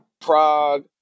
Prague